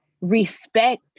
respect